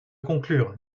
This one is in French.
conclure